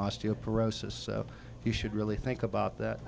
osteoporosis so you should really think about that